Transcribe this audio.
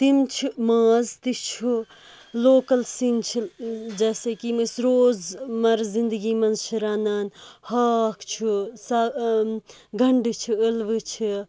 تِمہ چھ ماز تہِ چھُ لوکَل سیٚنۍ چھِ جیسے کہِ یِم أسۍ روزمَر زِندَگی منٛز چھِ رَنان ہاکھ چھُ سا گَنٛڈٕ چھِ ٲلوٕ چھِ